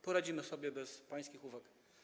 Poradzimy sobie bez pańskich uwag.